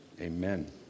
Amen